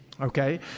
okay